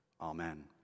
Amen